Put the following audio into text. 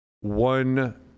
one